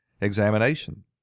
examination